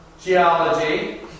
geology